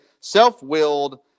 self-willed